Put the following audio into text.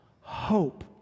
hope